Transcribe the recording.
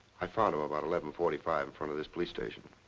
i found him about eleven forty five in front of this police station.